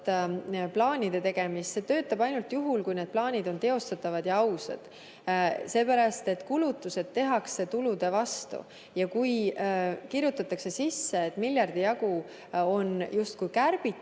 plaanide tegemist, töötab ainult juhul, kui need plaanid on teostatavad ja ausad. Kulutused tehakse tulude vastu ja kui kirjutatakse sisse, et miljardi jagu on justkui kärbitud